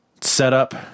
setup